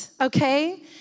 okay